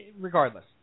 regardless